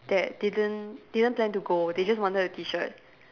that didn't didn't plan to go they just wanted the T shirt